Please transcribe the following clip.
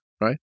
right